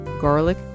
garlic